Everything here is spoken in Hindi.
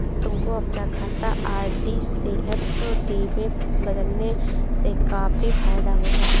तुमको अपना खाता आर.डी से एफ.डी में बदलने से काफी फायदा होगा